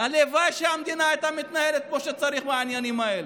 הלוואי שהמדינה הייתה מתנהלת כמו שצריך בעניינים האלה.